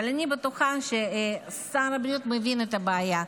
אבל אני בטוחה ששר הבריאות מבין את הבעיה,